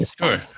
Sure